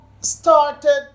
started